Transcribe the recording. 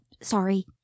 sorry